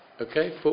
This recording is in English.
Okay